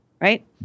right